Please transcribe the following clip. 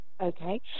Okay